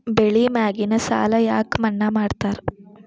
ಬೆಳಿ ಮ್ಯಾಗಿನ ಸಾಲ ಯಾಕ ಮನ್ನಾ ಮಾಡ್ತಾರ?